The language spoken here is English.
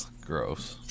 gross